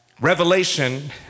Revelation